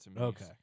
Okay